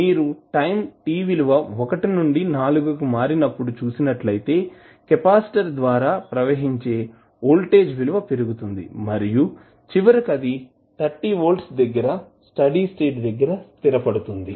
మీరు time t విలువ 1 నుండి 4 కి మారినప్పుడు చూసినట్లయితే కెపాసిటర్ ద్వారా ప్రవహించే వోల్టేజ్ విలువ పెరుగుతుంది మరియు చివరకు అది 30 వోల్ట్స్ స్టడీ స్టేట్ దగ్గర స్థిరపడుతుంది